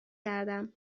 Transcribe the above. کردم